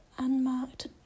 Unmarked